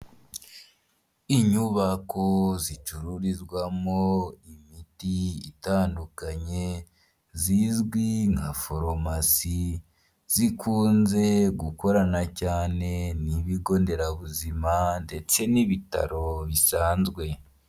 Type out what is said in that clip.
inyubako zicururizwamo imiti itandukanye zizwi nka farumasi zikunze gukorana cyane n'ibigo nderabuzima ndetse n'ibitaro bisanzwe